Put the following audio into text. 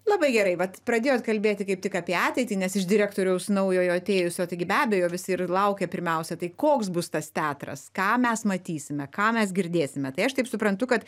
labai gerai vat pradėjot kalbėti kaip tik apie ateitį nes iš direktoriaus naujojo atėjusio taigi be abejo visi ir laukia pirmiausia tai koks bus tas teatras ką mes matysime ką mes girdėsime tai aš taip suprantu kad